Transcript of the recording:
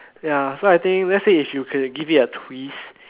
ya so I think let's say you could give it a twist